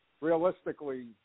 realistically